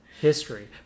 history